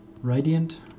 Radiant